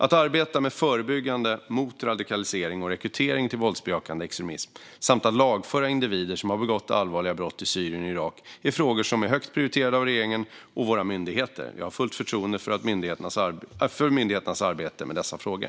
Att arbeta förebyggande mot radikalisering och rekrytering till våldsbejakande extremism samt att lagföra individer som har begått allvarliga brott i Syrien och Irak är frågor som är högt prioriterade av regeringen och av våra myndigheter. Jag har fullt förtroende för myndigheternas arbete med dessa frågor.